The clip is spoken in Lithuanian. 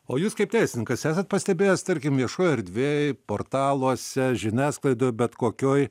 o jūs kaip teisininkas esat pastebėjęs tarkim viešoj erdvėj portaluose žiniasklaidoj bet kokioj